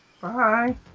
Bye